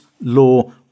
law